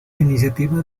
iniciativa